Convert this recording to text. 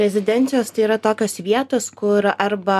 rezidencijos tai yra tokios vietos kur arba